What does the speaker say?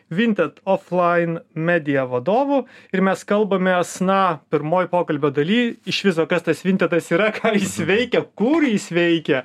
vintet oflain medija vadovu ir mes kalbamės na pirmoj pokalbio daly iš viso kas tas vintedas yra ką jis veikia kur jis veikia